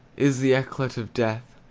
is the eclat of death.